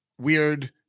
Weird